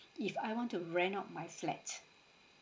if I want to rent out my flat